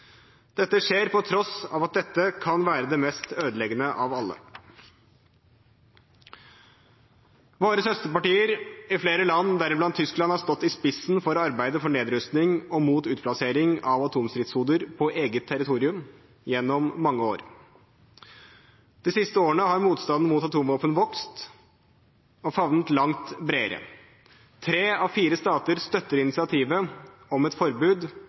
Dette skjer på tross av at dette kan være det mest ødeleggende av alle. Våre søsterpartier i flere land, deriblant Tyskland, har stått i spissen for arbeidet for nedrustning og mot utplassering av atomstridshoder på eget territorium gjennom mange år. De siste årene har motstanden mot atomvåpen vokst og favner langt bredere. Tre av fire stater støtter initiativet om et forbud